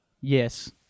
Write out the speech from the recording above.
Yes